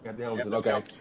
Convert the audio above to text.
Okay